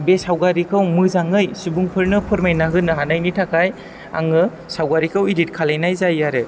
बे सावगारिखौ मोजाङै सुबुंंफोरनो फोरमायना होनो हानायनि थाखाय आङो सावगारिखौ इदिद खालामनाय जायो आरो